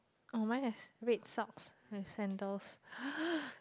oh mine has red socks and scandals